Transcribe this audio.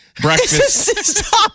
Breakfast